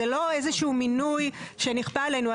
זה לא איזשהו מינוי שנכפה עלינו.